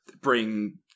bring